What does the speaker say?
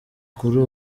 kuri